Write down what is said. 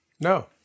No